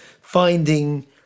finding